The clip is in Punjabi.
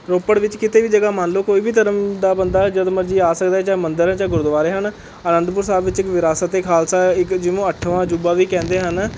ਰੋਪੜ ਵਿੱਚ ਕਿਤੇ ਵੀ ਜਗ੍ਹਾ ਮੰਨ ਲਉ ਕੋਈ ਵੀ ਧਰਮ ਦਾ ਬੰਦਾ ਜਦ ਮਰਜ਼ੀ ਆ ਸਕਦਾ ਹੈ ਜਾਂ ਮੰਦਰ ਹੈ ਜਾਂ ਗੁਰਦੁਆਰੇ ਹਨ ਅਨੰਦਪੁਰ ਸਾਹਿਬ ਵਿੱਚ ਵਿਰਾਸਤ ਏ ਖਾਲਸਾ ਹੈ ਇੱਕ ਜਿਹਨੂੰ ਅੱਠਵਾਂ ਅਜੂਬਾ ਵੀ ਕਹਿੰਦੇ ਹਨ